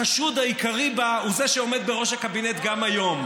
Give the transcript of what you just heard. החשוד העיקרי בה הוא זה שעומד בראש הקבינט גם היום.